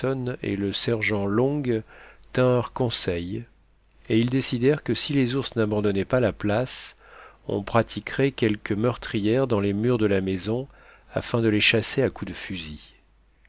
et le sergent long tinrent conseil et ils décidèrent que si les ours n'abandonnaient pas la place on pratiquerait quelques meurtrières dans les murs de la maison afin de les chasser à coups de fusil